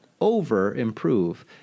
over-improve